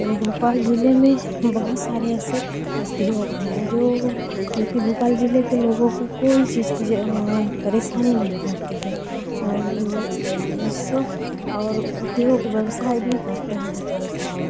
भोपाल ज़िले में बहुत सारे ऐसे उद्योग हैं जो जो कि भोपाल ज़िले के लोगों को कोई चीज़ की परेशानी नहीं होती है इससे और उद्योग व्यवसाय भी करते हैं भोपाल के लोग